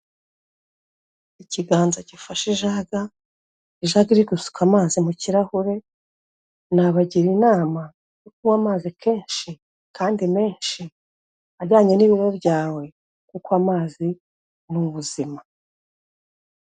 Ikiganza gifashe ijaga, ijaga iri gusuka amazi mu kirahure, nabagira inama yo kunywa amazi kenshi kandi menshi ajyanye n'ibiro byawe kuko amazi ni ubuzima.